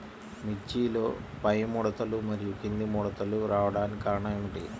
మిర్చిలో పైముడతలు మరియు క్రింది ముడతలు రావడానికి కారణం ఏమిటి?